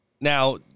now